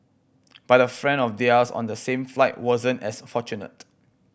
but a friend of theirs on the same flight wasn't as fortunate